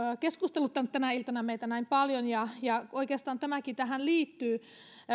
keskusteluttanut tänä iltana meitä näin paljon ja ja oikeastaan tämäkin tähän liittyy